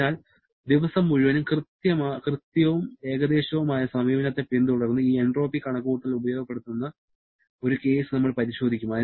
അതിനാൽ ദിവസം മുഴുവനും കൃത്യവും ഏകദേശവുമായ സമീപനത്തെ പിന്തുടർന്ന് ഈ എൻട്രോപ്പി കണക്കുകൂട്ടൽ ഉപയോഗപ്പെടുത്തുന്ന ഒരു കേസ് നമ്മൾ പരിശോധിക്കും